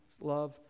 Love